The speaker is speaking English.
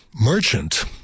merchant